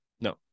No